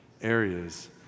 areas